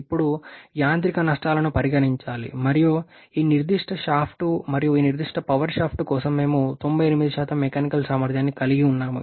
ఇప్పుడు యాంత్రిక నష్టాలను పరిగణించాలి మరియు ఈ నిర్దిష్ట షాఫ్ట్ మరియు ఈ నిర్దిష్ట పవర్ షాఫ్ట్ కోసం మేము 98 మెకానికల్ సామర్థ్యాన్ని కలిగి ఉన్నాము